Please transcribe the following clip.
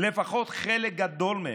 לפחות חלק גדול מהם.